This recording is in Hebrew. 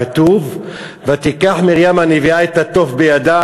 כתוב: ותיקח מרים הנביאה את התוף בידה